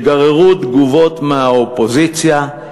שגררו תגובות מהאופוזיציה,